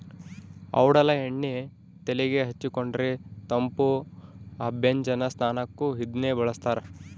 ಔಡಲ ಎಣ್ಣೆ ತೆಲೆಗೆ ಹಚ್ಚಿಕೊಂಡರೆ ತಂಪು ಅಭ್ಯಂಜನ ಸ್ನಾನಕ್ಕೂ ಇದನ್ನೇ ಬಳಸ್ತಾರ